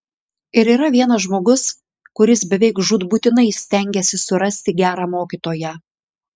ir yra vienas žmogus kuris beveik žūtbūtinai stengiasi surasti gerą mokytoją